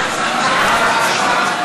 להצביע.